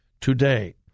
today